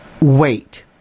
Wait